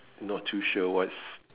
not too sure what's